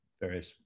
various